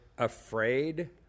afraid